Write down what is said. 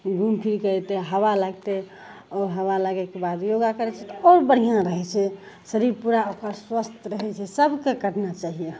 घूमि फिरिके एतय हवा लागतय आओर हवा लागयके बाद योगा करय छै तऽ आओर बढ़िआँ रहय छै शरीर पूरा ओकर स्वस्थ रहय छै सबके करना चाहियै